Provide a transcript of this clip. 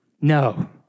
No